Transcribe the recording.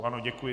Ano, děkuji.